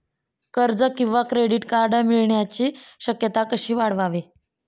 कर्ज किंवा credit card मिळण्याची शक्यता कशी वाढवावी?